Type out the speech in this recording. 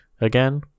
again